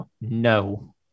no